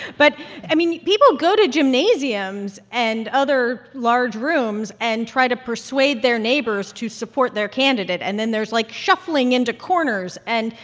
but i mean, people go to gymnasiums and other large rooms and try to persuade their neighbors to support their candidate. and then there's, like, shuffling into corners. and.